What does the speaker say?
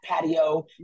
patio